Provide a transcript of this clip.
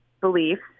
beliefs